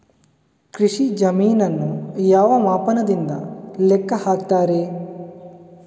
ಕೃಷಿ ಜಮೀನನ್ನು ಯಾವ ಮಾಪನದಿಂದ ಲೆಕ್ಕ ಹಾಕ್ತರೆ?